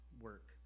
work